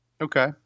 Okay